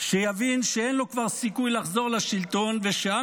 שיבין שכבר אין לו סיכוי לחזור לשלטון ושעם